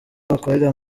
bakorera